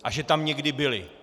A že tam někdy byli.